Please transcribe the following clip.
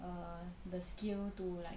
err the skill to like